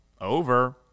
over